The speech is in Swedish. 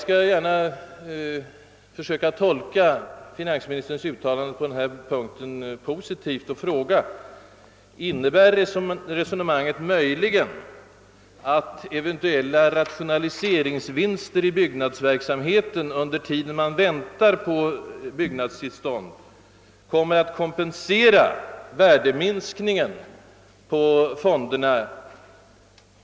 Skulle jag ändå försöka tolka finansministerns uttalande på denna punkt positivt kunde jag fråga: Innebär resonemanget möjligen, att rationaliseringsvinster i byggnadsverksamheten, som tillkommer under den tid man väntar på byggnadstillstånd, kommer att kompensera värdeminskningen på fonderna?